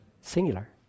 Singular